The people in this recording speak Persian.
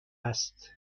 است